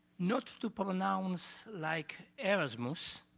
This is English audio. not to pronounce like erasmus,